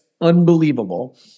unbelievable